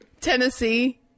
Tennessee